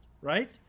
right